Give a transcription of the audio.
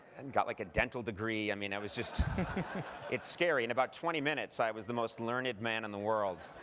and got like a dental degree. i mean, it was just it's scary. in about twenty minutes i was the most learned man in the world.